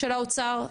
של האוצר,